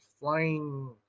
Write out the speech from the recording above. flying